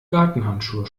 gartenhandschuhe